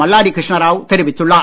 மல்லாடி கிருஷ்ணாராவ் தெரிவித்துள்ளார்